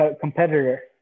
competitor